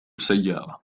سيارة